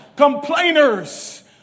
Complainers